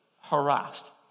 harassed